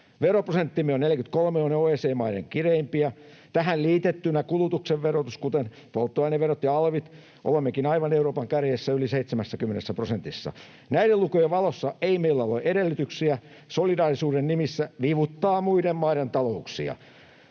Veroprosenttimme 43 on OECD-maiden kireimpiä. Kun tähän liittää kulutuksen verotuksen, kuten polttoaineverot ja alvit, olemmekin aivan Euroopan kärjessä, yli 70 prosentissa. Näiden lukujen valossa ei meillä ole edellytyksiä solidaarisuuden nimissä vivuttaa muiden maiden talouksia.